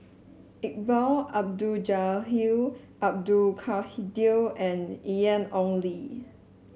Iqbal Abdul Jalil Hill Abdul Kadir and Ian Ong Li